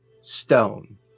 stone